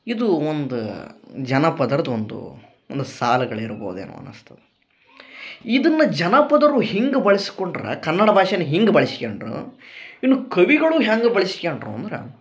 ಇದು ಒಂದು ಜನಪದರ್ದೊಂದು ಒಂದು ಸಾಲ್ಗಳು ಇರ್ಬೋದು ಏನೋ ಅನ್ನುಸ್ತು ಇದನ್ನ ಜನಪದರು ಹಿಂಗೆ ಬಳಸ್ಕೊಂಡ್ರ ಕನ್ನಡ ಭಾಷೆನ ಹಿಂಗೆ ಬಳಿಶ್ಕ್ಯಂಡರು ಇನ್ನು ಕವಿಗಳು ಹೆಂಗೆ ಬಳಿಶ್ಕ್ಯಂಡರು ಅಂದ್ರ